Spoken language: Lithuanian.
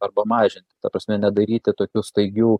arba mažinti ta prasme nedaryti tokių staigių